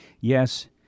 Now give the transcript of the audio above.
Yes